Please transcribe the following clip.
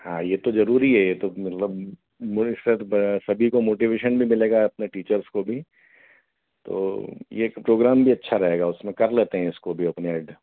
हाँ यह तो ज़रूरी है यह तो मतलब ब सभी को मोटिवेशन भी मिलेगा अपने टीचर्स को भी तो यह एक प्रोग्राम भी अच्छा रहेगा उसमें कर लेते हैं इसको भी अपन एड